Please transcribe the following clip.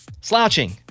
Slouching